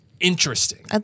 interesting